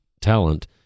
talent